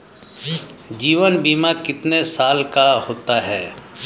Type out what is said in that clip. जीवन बीमा कितने साल का होता है?